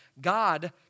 God